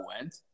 went